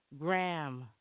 Graham